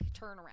turnaround